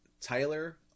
Tyler